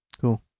Cool